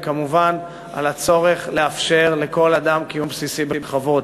וכמובן, הצורך לאפשר לכל אדם קיום בסיסי בכבוד.